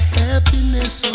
happiness